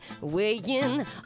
weighing